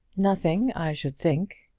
nothing i should think.